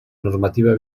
normativa